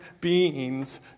beings